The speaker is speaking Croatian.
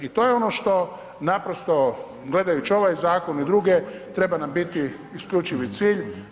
I to je ono što naprosto gledajući ovaj zakon i druge treba nam biti isključivi cilj.